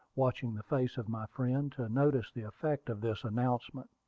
watching the face of my friend to notice the effect of this announcement.